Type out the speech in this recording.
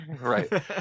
Right